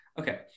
Okay